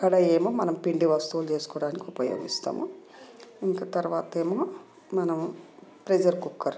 కడాయి ఏమో మనం పిండి వస్తువులు చేసుకోవడానికి ఉపయోగిస్తాము ఇంకా తర్వాత ఏమో మనం ప్రెజర్ కుక్కర్